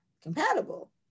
compatible